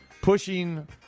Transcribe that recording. pushing